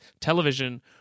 television